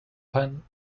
pan